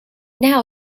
now